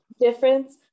difference